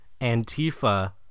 Antifa